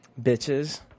Bitches